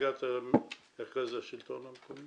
נציגת מרכז השלטון המקומי?